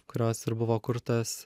kurios ir buvo kurtas